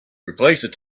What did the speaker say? replace